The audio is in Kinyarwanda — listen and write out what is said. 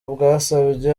bwasabye